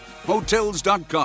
Hotels.com